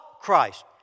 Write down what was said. Christ